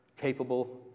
capable